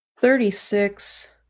thirty-six